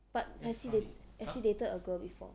but has he has he dated a girl before